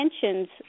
tensions